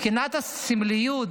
מבחינת הסמליות,